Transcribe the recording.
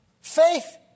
faith